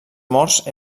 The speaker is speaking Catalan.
morts